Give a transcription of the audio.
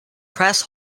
press